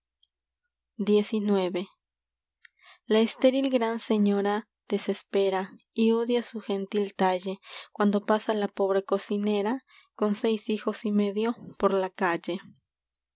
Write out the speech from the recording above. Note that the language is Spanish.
a estéril gran señora desespera y odia su gentil talle cuando pasa la pobre cocinera y seis hijos medio por la calle